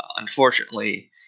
unfortunately